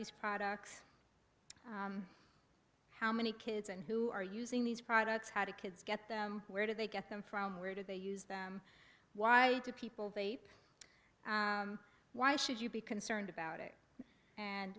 these products how many kids and who are using these products how to kids get them where did they get them from where did they use them why did people they why should you be concerned about it and